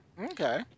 Okay